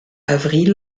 avril